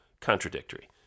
contradictory